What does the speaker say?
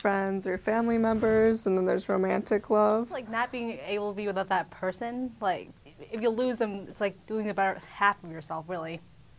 friends or family members and then there's romantic love like not being able to be without that person like if you lose them it's like doing about half of yourself really